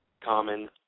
common